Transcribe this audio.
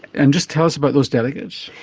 and just tell us about those delegates.